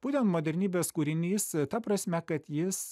būtent modernybės kūrinys ta prasme kad jis